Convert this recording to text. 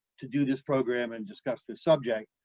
to do this program and discuss this subject.